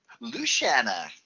luciana